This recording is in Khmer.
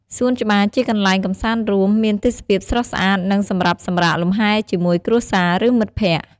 សួនច្បារជាកន្លែងកំសាន្តរួម មានទេសភាពស្រស់ស្អាត និង សម្រាប់សម្រាកលំហែជាមួយគ្រួសារ ឬ មិត្តភក្តិ។